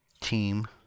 team